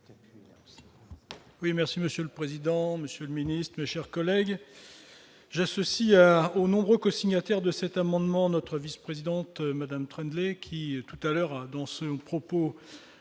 Oui, merci Monsieur le président, Monsieur le Ministre, chers collègues, j'associe à aux nombreux cosignataire de cet amendement notre vice-présidente Madame train de l'qui tout à l'heure, dont ce propos